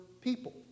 people